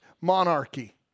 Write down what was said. monarchy